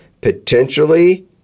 potentially